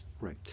Right